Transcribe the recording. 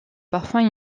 parfois